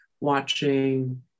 watching